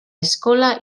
eskola